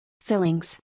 fillings